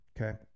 okay